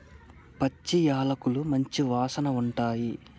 పచ్చి యాలకులు మంచి వాసన ఉంటాయి